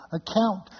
account